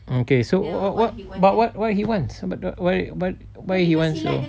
okay so oh but what what he wants but why but why he wants so